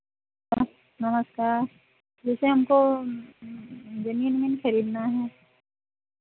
नमस्कार जैसे हमको ज़मीन ओमीन खरीदना है